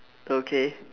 okay